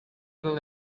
will